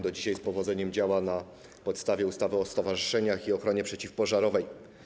Do dzisiaj z powodzeniem działa na podstawie ustaw o stowarzyszeniach i ochronie przeciwpożarowej.